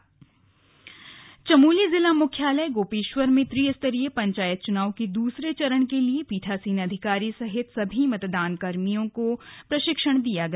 slug चुनाव प्रशिक्षण चमोली जिला मुख्यालय गोपेश्वर में त्रिस्तरीय पंचायत चुनाव के दूसरे चरण के लिए पीठासीन अधिकारी सहित सभी मतदान कार्मिकों को प्रशिक्षण दिया गया